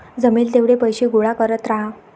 जमेल तेवढे पैसे गोळा करत राहा